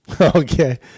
Okay